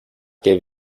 give